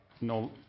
no